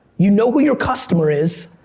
you know who your customer is,